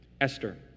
Esther